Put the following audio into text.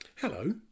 Hello